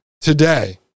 today